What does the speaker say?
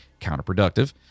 counterproductive